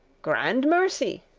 grand mercy,